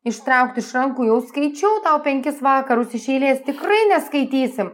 ištraukti iš rankų jau skaičiau tau penkis vakarus iš eilės tikrai neskaitysim